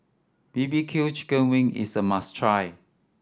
B B Q chicken wing is a must try